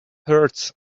hurts